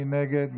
מי נגד?